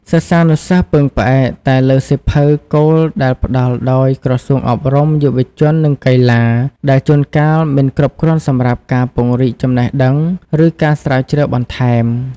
សិស្សានុសិស្សពឹងផ្អែកតែលើសៀវភៅគោលដែលផ្តល់ដោយក្រសួងអប់រំ យុវជន និងកីឡា ដែលជួនកាលមិនគ្រប់គ្រាន់សម្រាប់ការពង្រីកចំណេះដឹង ឬការស្រាវជ្រាវបន្ថែម។